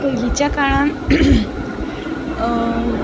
पयलींच्या काळान